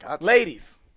Ladies